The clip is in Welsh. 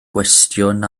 gwestiwn